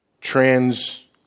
trans